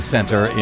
Center